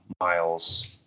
Miles